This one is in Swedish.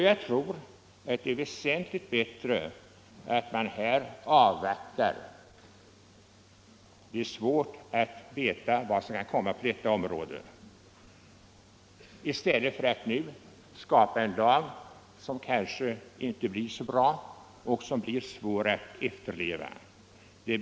Jag tror att det är väsentligt bättre att avvakta — det är svårt att veta vad som kan komma på detta område — än att nu stifta en lag som kanske inte blir så bra och som det blir svårt att kontrollera efterlevnaden av.